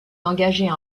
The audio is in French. d’engager